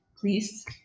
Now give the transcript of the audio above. Please